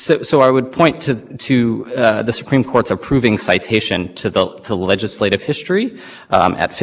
to meet my statutory burden to address the emissions from within my own borders that contributes to this problem downwind